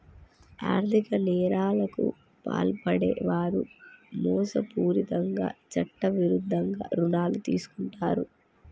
ఆర్ధిక నేరాలకు పాల్పడే వారు మోసపూరితంగా చట్టవిరుద్ధంగా రుణాలు తీసుకుంటరు